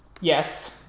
Yes